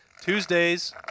Tuesdays